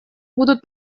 будут